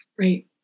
Right